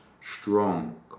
strong